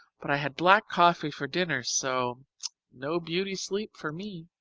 but i had black coffee for dinner, so no beauty sleep for me!